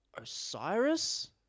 Osiris